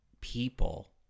people